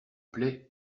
plait